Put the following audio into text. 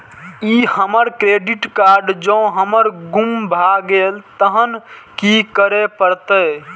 ई हमर credit card जौं हमर गुम भ गेल तहन की करे परतै?